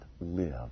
live